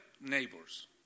neighbors